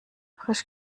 frisch